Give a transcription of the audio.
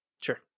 Sure